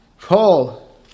Paul